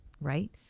right